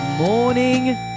Morning